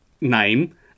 name